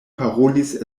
parolis